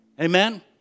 amen